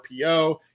RPO